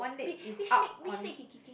wait which leg which leg he kicking